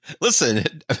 Listen